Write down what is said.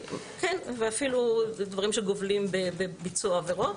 כן, ואפילו דברים שגובלים בביצוע עבירות,